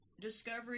discovery